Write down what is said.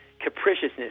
capriciousness